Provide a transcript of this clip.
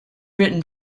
written